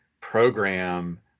program